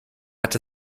hat